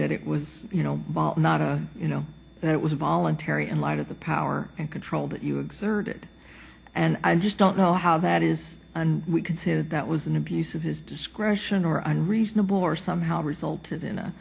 that it was you know not a you know it was voluntary in light of the power and control that you exerted and i just don't know how that is and we can say that that was an abuse of his discretion or unreasonable or somehow resulted in